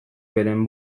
beren